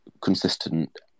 consistent